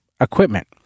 equipment